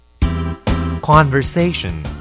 Conversation